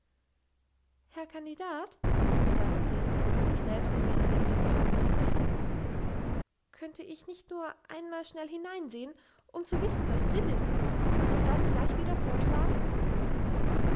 herr kandidat sagte sie sich selbst in ihrem deklinieren unterbrechend könnte ich nicht nur einmal schnell hineinsehen um zu wissen was drin ist und dann gleich wieder fortfahren